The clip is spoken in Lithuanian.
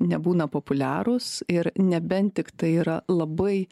nebūna populiarūs ir nebent tiktai yra labai